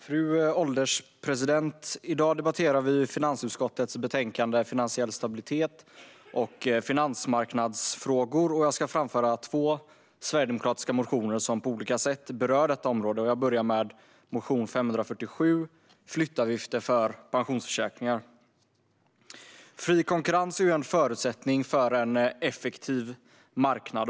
Fru ålderspresident! I dag debatterar vi finansutskottets betänkande Finansiell stabilitet och finansmarknadsfrågor. Jag ska ta upp två sverigedemokratiska motioner som på olika sätt berör detta område. Jag börjar med motion 547 Flyttavgifter för pensionsförsäkringar . Fri konkurrens är en förutsättning för en effektiv marknad.